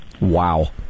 Wow